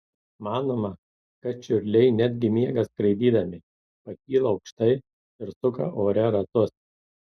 manoma kad čiurliai netgi miega skraidydami pakyla aukštai ir suka ore ratus